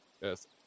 Yes